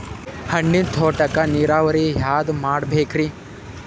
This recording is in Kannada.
ಹಣ್ಣಿನ್ ತೋಟಕ್ಕ ನೀರಾವರಿ ಯಾದ ಮಾಡಬೇಕ್ರಿ?